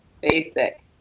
basic